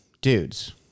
dudes